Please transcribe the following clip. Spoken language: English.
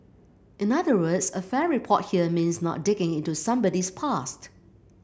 in other words a fair report here means not digging into somebody's past